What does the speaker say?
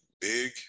big